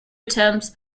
attempts